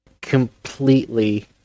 completely